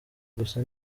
gusa